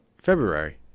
february